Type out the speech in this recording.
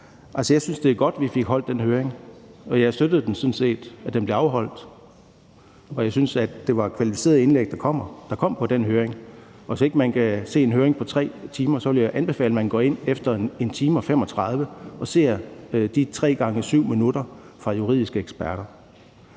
Jeg synes, det er godt, at vi fik holdt den høring, og jeg støttede sådan set, at den blev afholdt, og jeg synes, at det var et kvalificeret indlæg, der kom under den høring. Og hvis ikke man kan se en høring på 3 timer, vil jeg anbefale, at man spoler 1 time og 35 minutter frem og ser de 3 gange 7 minutter fra juridiske eksperter.